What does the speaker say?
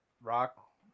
Rock